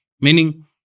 meaning